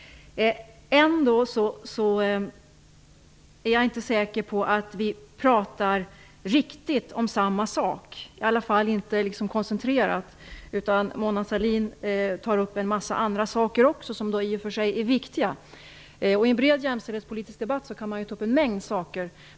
Jag är ändå inte säker på att vi pratar om samma sak, i alla fall inte koncentrerat. Mona Sahlin tar upp en mängd andra saker också, som i och för sig är viktiga. I en bred jämställdhetspolitisk debatt går det att ta upp en mängd saker.